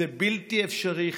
זה בלתי אפשרי.